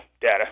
data